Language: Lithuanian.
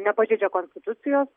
nepažeidžia konstitucijos